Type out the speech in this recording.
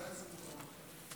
גם חבר כנסת, כן.